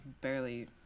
barely